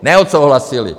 Neodsouhlasili!